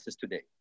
today